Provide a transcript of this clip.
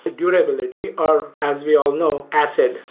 ah durability, or as we all know, asset,